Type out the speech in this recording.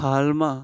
હાલમાં